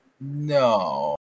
No